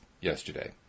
yesterday